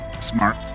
Smart